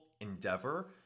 endeavor